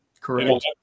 Correct